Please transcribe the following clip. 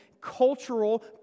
cultural